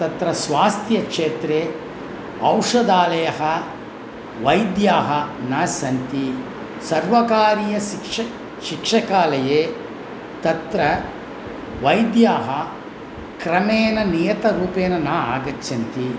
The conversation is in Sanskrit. तत्र स्वास्थ्यक्षेत्रे औषधालयाः वैद्याः न सन्ति सर्वकारीय सिक्ष शिक्षकालये तत्र वैद्याः क्रमेण नियतरूपेण न आगच्छन्ति